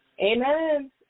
Amen